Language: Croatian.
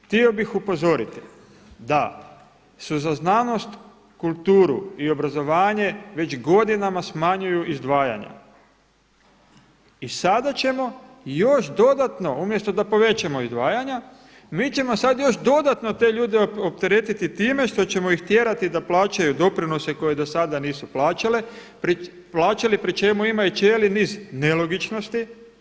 Htio bih upozoriti da se za znanost, kulturu i obrazovanje već godinama smanjuju izdvajanja i sada ćemo još dodatno, umjesto da povećamo izdvajanja, mi ćemo sada još dodatno te ljude opteretiti time što ćemo ih tjerati da plaćaju doprinose koje do sada nisu plaćali pri čemu ima i cijeli niz nelogičnosti.